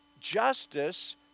justice